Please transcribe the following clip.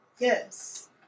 Yes